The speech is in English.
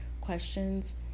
questions